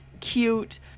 cute